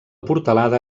portalada